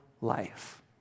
life